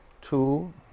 Two